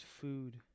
Food